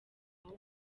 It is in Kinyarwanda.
aho